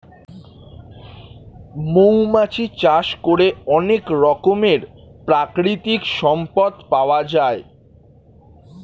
মৌমাছি চাষ করে অনেক রকমের প্রাকৃতিক সম্পদ পাওয়া যায়